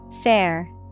Fair